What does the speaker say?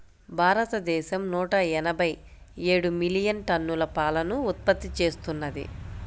భారతదేశం నూట ఎనభై ఏడు మిలియన్ టన్నుల పాలను ఉత్పత్తి చేస్తున్నది